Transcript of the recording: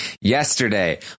yesterday